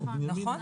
נכון,